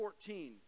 14